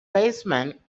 baseman